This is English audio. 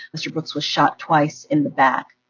mr. brooks was shot twice in the back.